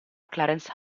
clarence